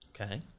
Okay